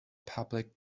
public